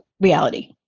reality